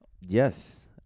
Yes